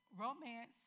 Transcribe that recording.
romance